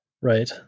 Right